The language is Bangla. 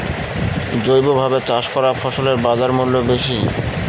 জৈবভাবে চাষ করা ফসলের বাজারমূল্য বেশি